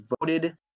voted